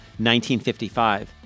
1955